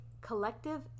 collective